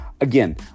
again